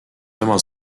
tema